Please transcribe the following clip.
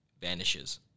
vanishes